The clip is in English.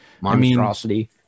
Monstrosity